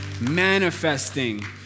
manifesting